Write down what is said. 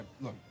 look